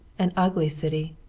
an ugly city,